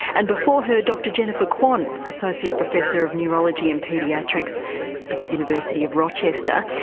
and before her dr jennifer kwon, associate professor of neurology and paediatrics at the university of rochester.